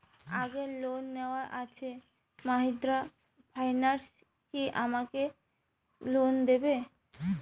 আগের লোন নেওয়া আছে মাহিন্দ্রা ফাইন্যান্স কি আমাকে লোন দেবে?